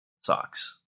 socks